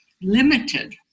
limited